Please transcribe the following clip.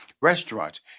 restaurants